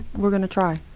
we're going to try.